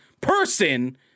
person